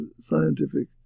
scientific